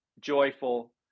joyful